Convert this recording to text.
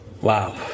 Wow